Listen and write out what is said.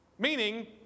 Meaning